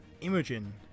Imogen